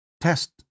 test